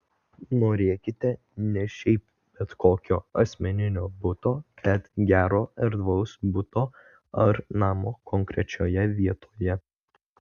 norėkite ne šiaip bet kokio asmeninio būsto bet gero erdvaus buto ar namo konkrečioje vietoje